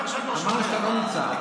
אומר שאני לא שומע.